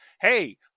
Hey